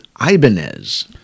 Ibanez